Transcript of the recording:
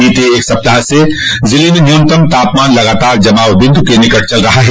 बीते एक सप्ताह से जिले में न्यनतम तापमान लगातार जमाव बिन्दु के निकट चल रहा हैं